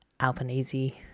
Albanese